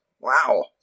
Wow